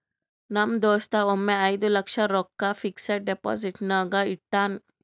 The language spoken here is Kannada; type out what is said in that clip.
ನಮ್ ದೋಸ್ತ ಒಮ್ಮೆ ಐಯ್ದ ಲಕ್ಷ ರೊಕ್ಕಾ ಫಿಕ್ಸಡ್ ಡೆಪೋಸಿಟ್ನಾಗ್ ಇಟ್ಟಾನ್